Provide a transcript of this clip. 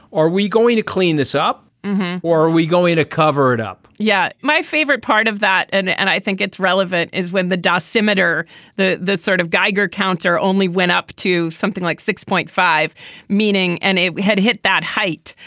are we going to clean this up or are we going to cover it up yeah. my favorite part of that and and i think it's relevant is when the dosimeter that sort of geiger counter only went up to something like six point five meaning and if we had hit that height.